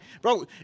bro